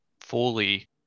fully